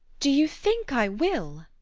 do you think i will?